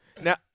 Now